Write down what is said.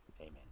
Amen